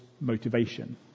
motivation